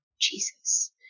Jesus